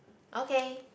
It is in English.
okay